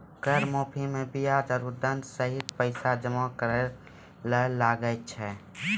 कर माफी मे बियाज आरो दंड सहित पैसा जमा करे ले लागै छै